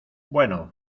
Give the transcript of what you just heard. bueno